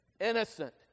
...innocent